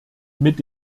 mit